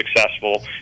successful